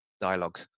dialogue